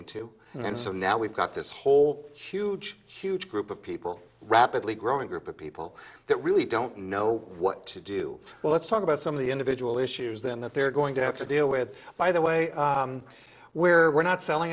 into and so now we've got this whole huge huge group of people rapidly growing group of people that really don't know what to do well let's talk about some of the individual issues then that they're going to have to deal with by the way where we're not selling